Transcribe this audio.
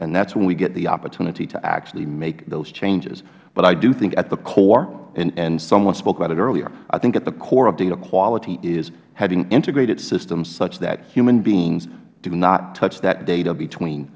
and that is when we get the opportunity to actually make those changes but i do think at the core and someone spoke about it earlier i think at the core of data quality is having integrated systems such that human beings do not touch that data between